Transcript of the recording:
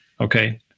Okay